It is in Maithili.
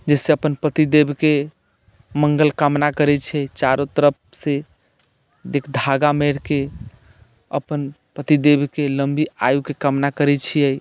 जाहिसँ अपन पतिदेवके मङ्गल कामना करैत छै चारू तरफसँ एक धागा मारिके अपन पतिदेवके लम्बी आयुके कामना करैत छियै